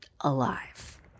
alive